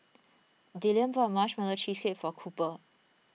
Dillion bought Marshmallow Cheesecake for Cooper